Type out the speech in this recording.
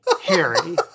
Harry